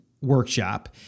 workshop